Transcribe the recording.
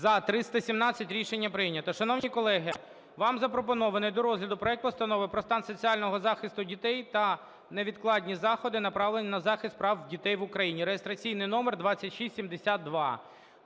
За-317 Рішення прийнято. Шановні колеги, вам запропонований до розгляду проект Постанови про стан соціального захисту дітей та невідкладні заходи, направлені на захист прав дитини в Україні (реєстраційний номер 2672).